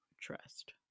trust